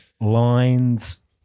lines